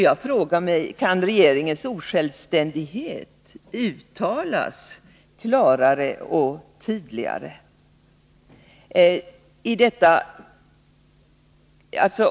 Jag frågar mig: Kan regeringens osjälvständighet uttalas klarare och tydligare?